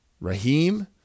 Raheem